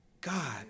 God